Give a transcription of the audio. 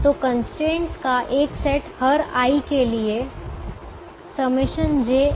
तो कंस्ट्रेंट का एक सेट हर i के लिए jXij 1 है